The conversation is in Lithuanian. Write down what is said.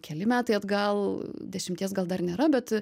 keli metai atgal dešimties gal dar nėra bet